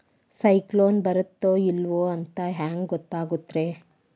ಸೈಕ್ಲೋನ ಬರುತ್ತ ಇಲ್ಲೋ ಅಂತ ಹೆಂಗ್ ಗೊತ್ತಾಗುತ್ತ ರೇ?